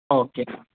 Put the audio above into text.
okay